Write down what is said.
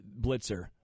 Blitzer